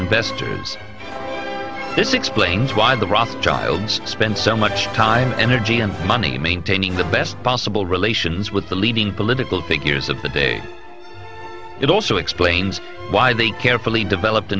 investors this explains why the rothschilds spend so much time and energy and money maintaining the best possible relations with the leading political figures of the day it also explains why they carefully developed a